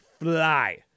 fly